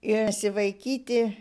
ir nesivaikyti